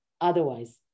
otherwise